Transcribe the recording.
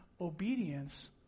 obedience